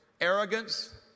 arrogance